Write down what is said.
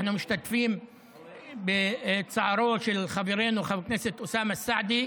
אנחנו משתתפים בצערו של חברנו חבר הכנסת אוסאמה סעדי.